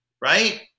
right